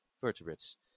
vertebrates